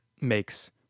makes